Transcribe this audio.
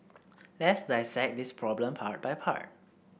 let's dissect this problem part by part